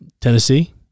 Tennessee